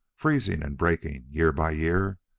freezing and breaking, year by year,